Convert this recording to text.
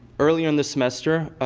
earlier in the semester,